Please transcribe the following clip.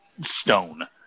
stone